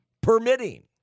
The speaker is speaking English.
permitting